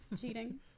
cheating